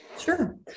Sure